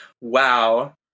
Wow